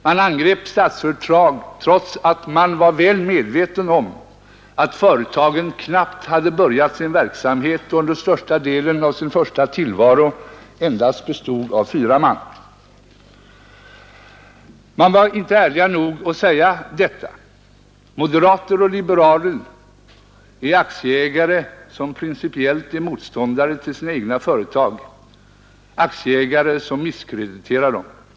Man angrep Statsföretag, trots att man var väl medveten om att företaget knappt hade börjat sin verksamhet och under största delen av sin första tillvaro bestod av endast fyra man. Men man var inte ärlig nog att säga detta. Moderater och liberaler är aktieägare som principiellt är motståndare till sina egna företag, aktieägare som misskrediterar sina egna företag.